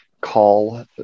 call